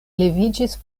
leviĝis